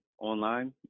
online